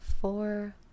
four